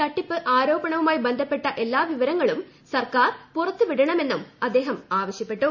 E ചിട്ടി തട്ടിപ്പ് ആരോപണവുമായി ബന്ധപ്പെട്ട എല്ലാ വിവരങ്ങളും സർക്കാർ പുറത്തു വിടണമെന്നും അദ്ദേഹം ആവശ്യപ്പെട്ടു